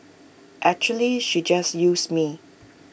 actually she just used me